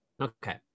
Okay